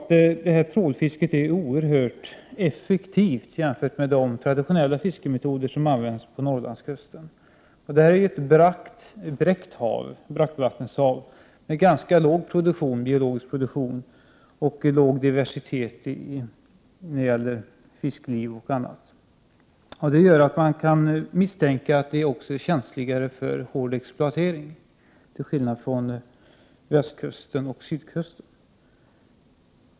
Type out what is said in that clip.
Trålfisket är oerhört effektivt jämfört med de traditionella fiskemetoder som används på Norrlandskusten. Det är ett bräckvattenshav med ganska låg biologisk produktion och låg diversitet när det gäller fiskliv och annat. Det gör att det kan också misstänkas vara känsligt för hård exploatering, till skillnad från västkusten och sydkusten.